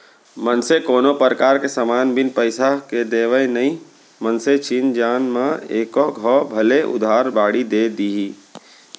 मनसे कोनो परकार के समान बिन पइसा के देवय नई मनसे चिन जान म एको घौं भले उधार बाड़ी दे दिही